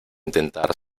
intentar